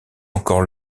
encore